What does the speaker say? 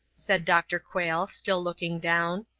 said dr. quayle, still looking down.